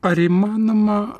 ar įmanoma